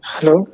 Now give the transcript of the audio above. Hello